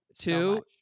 two